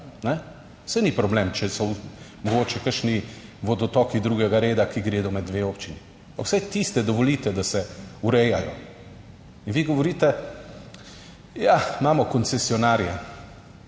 Saj ni problem, če so mogoče kakšni vodotoki drugega reda, ki gredo med dve občini, pa vsaj tiste dovolite, da se urejajo in vi govorite, ja, imamo koncesionarje.